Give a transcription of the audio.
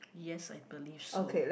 yes I believe so